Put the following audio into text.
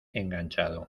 enganchado